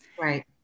right